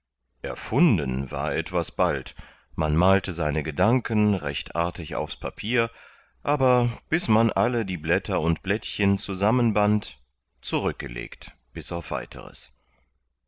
erfunden war etwas bald man malte seine gedanken recht artig aufs papier aber bis man alle die blätter und blättchen zusammenband zurückgelegt bis auf weiteres